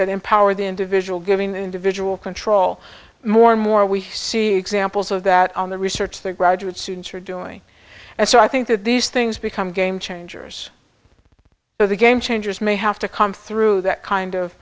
that empower the individual giving individual control more and more we see examples of that on the research the graduate students are doing and so i think that these things become game changers for the game changers may have to come through that kind of